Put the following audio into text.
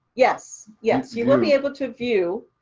yes, yes, you will be able to view.